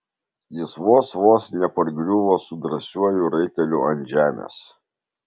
jis vos vos nepargriuvo su drąsiuoju raiteliu ant žemės